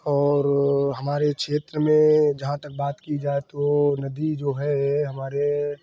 और हमारे क्षेत्र में जहाँ तक बात की जाए तो नदी जो है ये हमारे